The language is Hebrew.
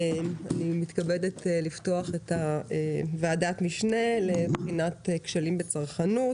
אני מתכבדת לפתוח את ועדת המשנה לבחינת כשלים בצרכנות